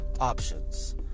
options